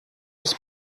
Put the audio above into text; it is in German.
ich